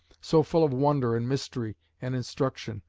so full of wonder and mystery and instruction,